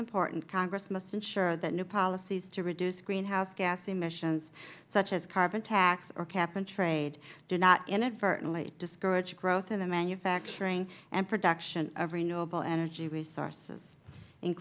important congress must ensure that new policies to reduce greenhouse gas emissions such as carbon tax or cap and trade do not inadvertently discourage growth in the manufacturing and production of renewable energy resources